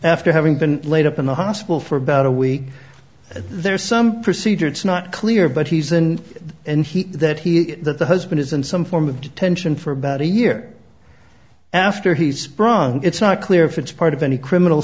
after having been laid up in the hospital for about a week there's some procedure it's not clear but he's in and he that he is that the husband is in some form of detention for about a year after he's drunk it's not clear if it's part of any criminal